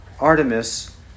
Artemis